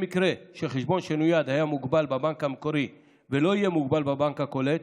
במקרה שחשבון שנויד היה מוגבל בבנק המקורי ולא יהיה מוגבל בבנק הקולט,